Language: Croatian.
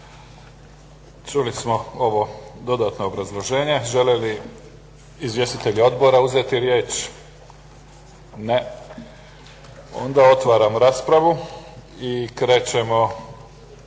Čuli smo ovo dodatno obrazloženje. Žele li izvjestitelji odbora uzeti riječ? Ne. Onda otvaram raspravu i krećemo